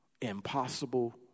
impossible